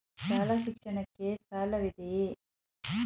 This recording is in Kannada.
ಶಾಲಾ ಶಿಕ್ಷಣಕ್ಕೆ ಸಾಲವಿದೆಯೇ?